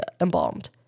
embalmed